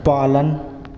पालन